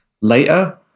later